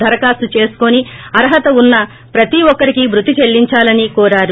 దరఖాస్తు చేసుకుని అర్హత వున్న ప్రతి ఒక్కరికి భ్రుతి చెల్లించాలని కోరారు